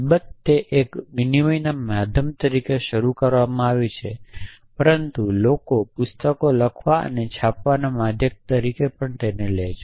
અલબત્ત તે એક વિનિમયના માધ્યમ તરીકે શરૂ કરવામાં આવી છે પરંતુ લોકો પુસ્તકો લખવા અને છાપવાના માધ્યમ તરીકે લે છે